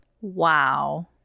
Wow